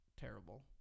terrible